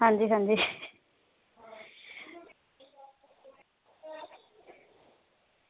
आं जी आं जी